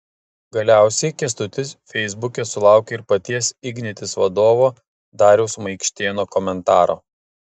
galiausiai kęstutis feisbuke sulaukė ir paties ignitis vadovo dariaus maikštėno komentaro